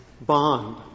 bond